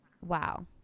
Wow